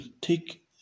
take